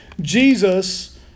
Jesus